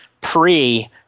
pre